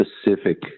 specific